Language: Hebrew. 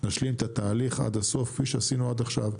נשלים את התהליך עד הסוף כפי שעשינו עד עכשיו,